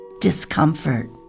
discomfort